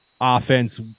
offense